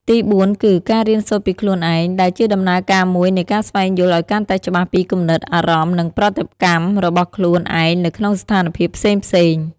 ទីបួនគឺ ការរៀនសូត្រពីខ្លួនឯង ដែលជាដំណើរការមួយនៃការស្វែងយល់ឱ្យកាន់តែច្បាស់ពីគំនិត អារម្មណ៍ និងប្រតិកម្មរបស់ខ្លួនឯងនៅក្នុងស្ថានភាពផ្សេងៗ។